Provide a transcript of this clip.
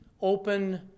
open